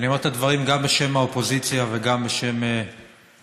אני אומר את הדברים גם בשם האופוזיציה וגם בשם המנהלת,